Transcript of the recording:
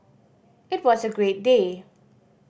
it was a great day